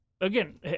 Again